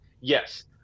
Yes